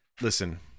listen